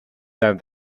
than